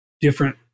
different